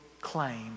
claim